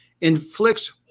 inflicts